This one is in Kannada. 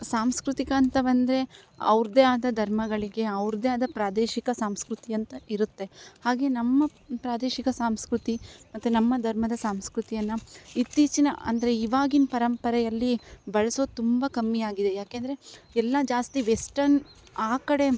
ಸಾಂಸ್ಕೃತಿಕ ಅಂತ ಬಂದರೆ ಅವ್ರದ್ದೆ ಆದ ಧರ್ಮಗಳಿಗೆ ಅವ್ರದ್ದೆ ಆದ ಪ್ರಾದೇಶಿಕ ಸಂಸ್ಕೃತಿ ಅಂತ ಇರುತ್ತೆ ಹಾಗೆ ನಮ್ಮ ಪ್ರಾದೇಶಿಕ ಸಂಸ್ಕೃತಿ ಮತ್ತು ನಮ್ಮ ಧರ್ಮದ ಸಂಸ್ಕೃತಿಯನ್ನ ಇತ್ತೀಚಿನ ಅಂದರೆ ಇವಾಗಿನ ಪರಂಪರೆಯಲ್ಲಿ ಬಳ್ಸೋದು ತುಂಬ ಕಮ್ಮಿಯಾಗಿದೆ ಯಾಕೆಂದರೆ ಎಲ್ಲ ಜಾಸ್ತಿ ವೆಸ್ಟನ್ ಆ ಕಡೆ